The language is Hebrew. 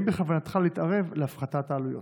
3. האם בכוונתך להתערב להפחתת העלויות?